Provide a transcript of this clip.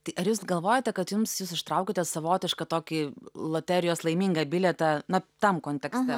tai ar jūs galvojate kad jums jūs ištraukėte savotišką tokį loterijos laimingą bilietą na tam kontekste